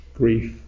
grief